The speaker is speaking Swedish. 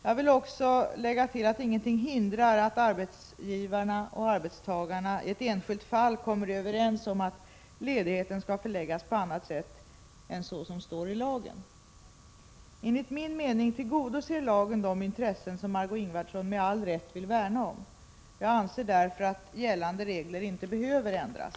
Jag vill också lägga till att ingenting hindrar att arbetsgivare och arbetstagare i ett enskilt fall kommer överens om att ledigheten skall förläggas på annat sätt än så som det står i lagen. Enligt min mening tillgodoser lagen de intressen som Margö Ingvardsson med all rätt vill värna om. Jag anser därför att gällande regler inte behöver ändras.